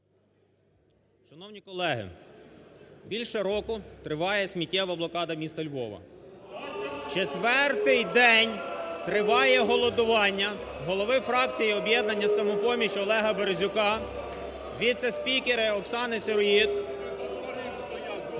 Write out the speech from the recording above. Шановні колеги! Більше року триває сміттєва блокада міста Львова. Четвертий день триває голодування голови фракції "Об'єднання "Самопоміч", Олега Березюка, віце-спікера, Оксани Сироїд…